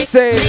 Say